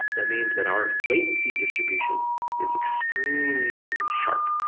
that means that our latency distribution is extremely sharp.